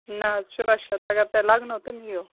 نہَ حظ شُراہ شیٚتھ اگر تۄہہِ لَگنو تہٕ نِیِو